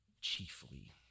chiefly